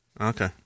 okay